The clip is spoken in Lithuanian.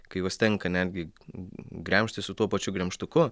kai juos tenka netgi gremžti su tuo pačiu gremžtuku